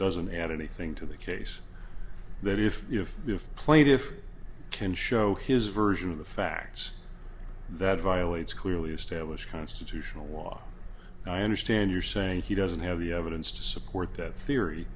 doesn't add anything to the case that is if you have played if you can show his version of the facts that violates clearly established constitutional law and i understand you're saying he doesn't have the evidence to support that theory